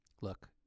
Look